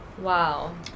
Wow